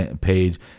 page